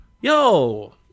Yo